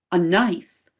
a knife!